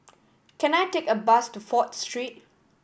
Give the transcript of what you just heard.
can I take a bus to Fourth Street